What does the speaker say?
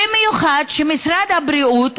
במיוחד שמשרד הבריאות,